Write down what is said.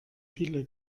viele